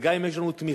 וגם אם יש לנו תמיכה,